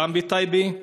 גם בטייבה,